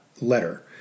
letter